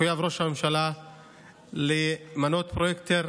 מחויב ראש הממשלה למנות פרויקטור